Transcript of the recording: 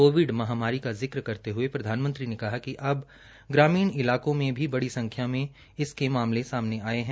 Covid महामारी का जिक्र करते हये प्रधानमंत्री ने कहा कि अब ग्रामीण इलाकों में भी बड़ी संख्या में इसके मामले सामने आये है